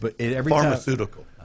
Pharmaceutical